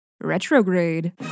retrograde